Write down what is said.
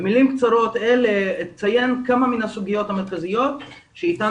במילים קצרות אלה אציין כמה מהסוגיות המרכזיות שאיתן